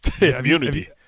Immunity